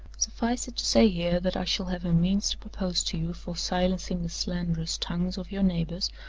suffice it to say here that i shall have a means to propose to you for silencing the slanderous tongues of your neighbors,